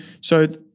So-